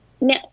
No